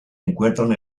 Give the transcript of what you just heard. encuentran